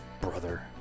brother